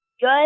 Good